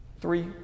three